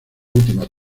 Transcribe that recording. última